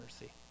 mercy